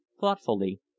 thoughtfully